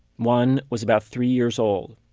one was about three years old,